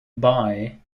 bye